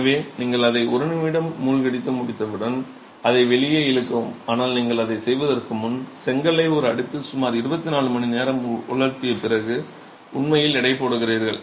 எனவே நீங்கள் அதை ஒரு நிமிடம் மூழ்கடித்து முடித்தவுடன் அதை வெளியே இழுக்கவும் ஆனால் நீங்கள் அதைச் செய்வதற்கு முன் செங்கலை ஒரு அடுப்பில் சுமார் 24 மணி நேரம் உலர்த்திய பிறகு உண்மையில் எடை போடுவீர்கள்